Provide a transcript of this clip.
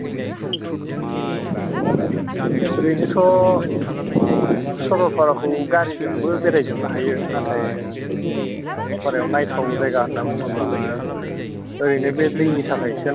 ओरैनोथ' सरलपाराखौ गारिजोंबो बेराय जोबनो हायो नाथाय नों सरलपारायाव नायथाव जायगा होननान बुङोब्ला नोङो ओरैनो बे दैनि थाखायसो नालाय